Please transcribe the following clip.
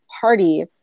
Party